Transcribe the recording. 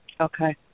okay